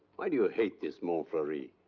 why do you hate this montfleury?